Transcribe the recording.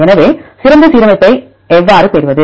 எனவே சிறந்த சீரமைப்பை எவ்வாறு பெறுவது